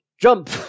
jump